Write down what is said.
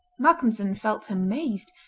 malcolmson felt amazed,